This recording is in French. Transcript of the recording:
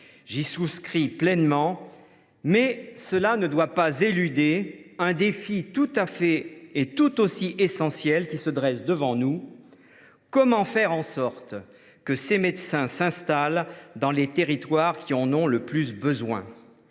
J’y souscris pleinement, mais cela ne doit pas éluder un défi tout aussi essentiel : comment faire en sorte que ces médecins s’installent dans les territoires qui en ont le plus besoin ?